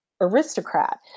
aristocrat